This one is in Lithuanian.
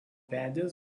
vedęs